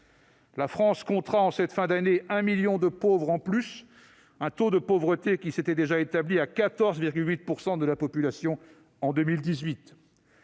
La France comptera, en cette fin d'année, 1 million de pauvres en plus, alors que le taux de pauvreté s'était déjà établi à 14,8 % de la population en 2018.